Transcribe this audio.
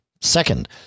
second